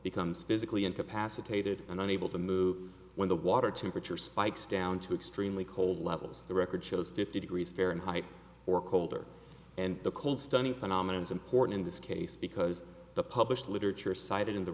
becomes physically into passive hated and unable to move when the water temperature spikes down to extremely cold levels the record shows fifty degrees fahrenheit or colder and the cold stunning phenomenon is important in this case because the published literature cited in the